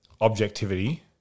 objectivity